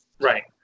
Right